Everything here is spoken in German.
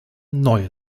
neue